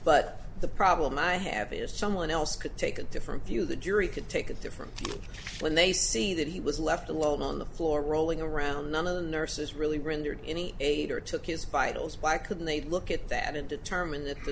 but the problem i have is someone else could take a different view the jury could take a different view when they see that he was left alone on the floor rolling around none of the nurses really rendered any aid or took his vitals why couldn't they look at that and determine that the